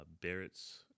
Barrett's